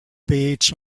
beach